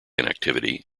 inactivity